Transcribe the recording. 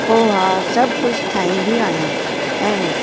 पोहा सभु कुझु ठाहिंदी आहियां ऐं